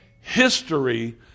History